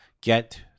get